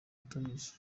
utazi